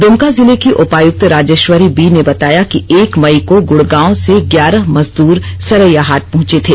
दुमका जिले की उपायुक्त राजेश्वरी बी ने बताया कि एक मई को गुडगांव से ग्यारह मजदूर सरैयाहाट पहुंचे थे